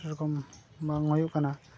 ᱥᱮ ᱨᱚᱠᱚᱢ ᱵᱟᱝ ᱦᱩᱭᱩᱜ ᱠᱟᱱᱟ